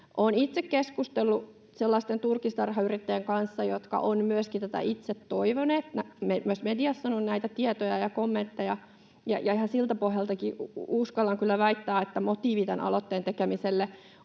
Olen itse keskustellut sellaisten turkistarhayrittäjien kanssa, jotka ovat myöskin itse tätä toivoneet, myös mediassa on ollut näitä tietoja ja kommentteja, ja ihan siltä pohjaltakin uskallan kyllä väittää, että motiivi tämän aloitteen tekemiselle